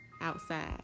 outside